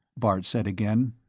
bart said again.